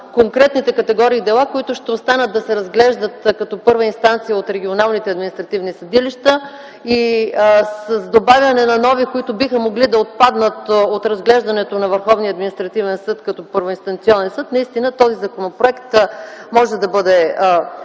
конкретните категории дела, които ще останат да се разглеждат като първа инстанция от регионалните административни съдилища и с добавяне на нови, които биха могли да отпаднат от разглеждането на Върховния административен съд като първоинстанционен съд, наистина този законопроект може да бъде